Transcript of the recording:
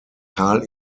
carl